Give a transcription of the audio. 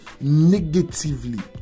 negatively